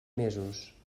mesos